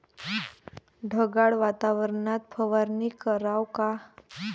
ढगाळ वातावरनात फवारनी कराव का?